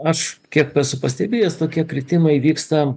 aš kiek esu pastebėjęs tokie kritimai įvyksta